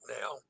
now